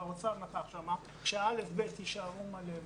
והאוצר נכח גם הוא שכיתות א'-ב' יישארו מלא.